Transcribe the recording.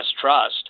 Trust